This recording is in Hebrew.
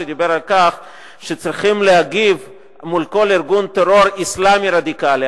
שדיבר על כך שצריכים להגיב מול כל ארגון טרור אסלאמי רדיקלי.